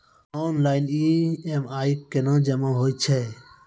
Online EMI कूना जमा हेतु छै?